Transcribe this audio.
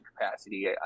capacity